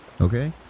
okay